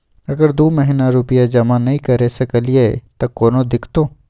अगर दू महीना रुपिया जमा नय करे सकलियै त कोनो दिक्कतों?